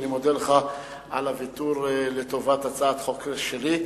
אני מודה לך על הוויתור לטובת הצעת חוק שלי.